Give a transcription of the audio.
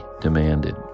demanded